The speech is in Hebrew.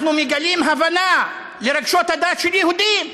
אנחנו מגלים הבנה לרגשות הדת של יהודים,